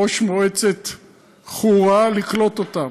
ראש מועצת חורה, לקלוט אותם.